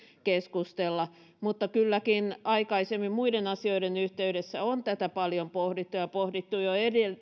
keskustella mutta kylläkin aikaisemmin muiden asioiden yhteydessä on tätä paljon pohdittu ja on pohdittu jo